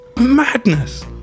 Madness